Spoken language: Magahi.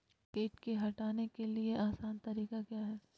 किट की हटाने के ली आसान तरीका क्या है?